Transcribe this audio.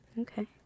Okay